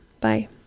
Bye